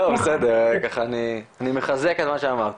אני מחזק את מה שאמרת.